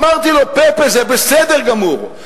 אמרתי לו: פפה, זה בסדר גמור.